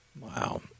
Wow